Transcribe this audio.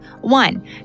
One